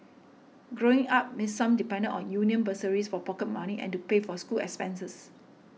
growing up Miss Sum depended on union bursaries for pocket money and to pay for school expenses